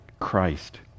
Christ